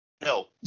No